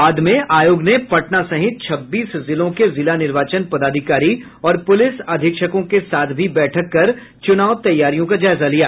बाद में आयोग ने पटना सहित छब्बीस जिलों के जिला निर्वाचन पदाधिकारी और पुलिस अधीक्षकों के साथ भी बैठक कर चुनाव तैयारियों का जायजा लिया